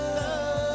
love